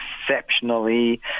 exceptionally